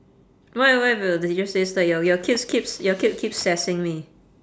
what if what if uh the teacher says like your your kids keeps your kid keeps sassing me